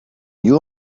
you